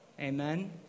Amen